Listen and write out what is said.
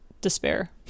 despair